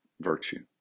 virtue